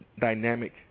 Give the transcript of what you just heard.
dynamic